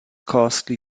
costly